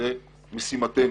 זו משימתנו.